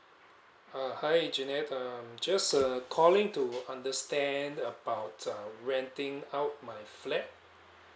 uh hi janette um just uh calling to understand about uh renting out my flat